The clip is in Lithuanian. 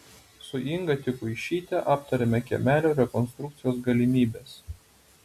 su inga tikuišyte aptarėme kiemelio rekonstrukcijos galimybes